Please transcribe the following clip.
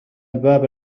الباب